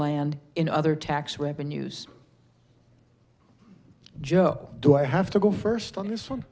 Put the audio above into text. land in other tax revenues joe do i have to go first on this